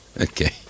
Okay